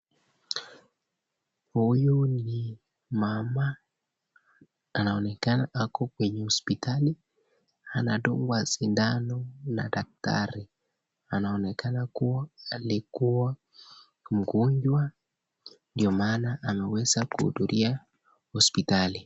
Huyu ni mama anaonekana ako kwenye hosipitali, anadungwa shindano na dakitari. Anaonekana alikuwa mgonjwa ndio maana anaweza kuhudhuria hosipitali.